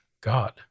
God